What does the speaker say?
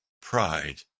pride